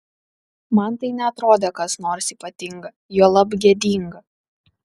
man tai neatrodė kas nors ypatinga juolab gėdinga